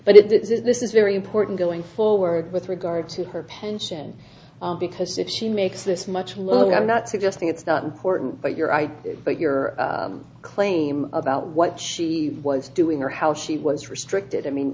is it this is very important going forward with regard to her pension because if she makes this much look i'm not suggesting it's not important but your idea but your claim about what she was doing or how she was restricted i mean